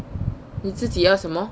你自己啊什么